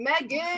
Megan